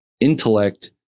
intellect